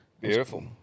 Beautiful